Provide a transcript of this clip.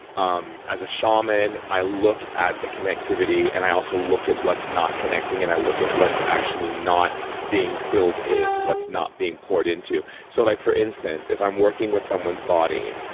um as a shaman, i look at the connectivity and i also look at what's not connecting. and i look at what's actually not being filled in. what's not being poured into. so like for instance, if i'm working with someone's body,